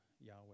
Yahweh